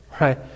right